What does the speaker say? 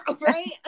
Right